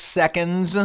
seconds